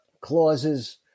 clauses